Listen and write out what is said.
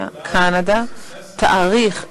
אתה מרעיל את